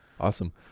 Awesome